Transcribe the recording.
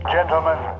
Gentlemen